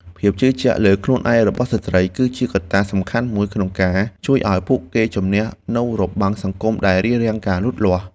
ភាពជឿជាក់លើខ្លួនឯងរបស់ស្ត្រី គឺជាកត្តាសំខាន់មួយក្នុងការជួយឱ្យពួកគេជម្នះនូវរបាំងសង្គមដែលរារាំងការលូតលាស់។